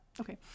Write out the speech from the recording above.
Okay